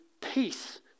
peace